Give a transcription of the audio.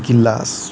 glass